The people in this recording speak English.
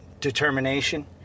determination